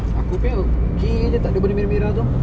aku kan okay jer takde benda merah-merah tu